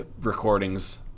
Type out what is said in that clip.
recordings